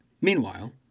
Meanwhile